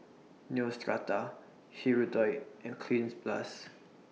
Neostrata Hirudoid and Cleanz Plus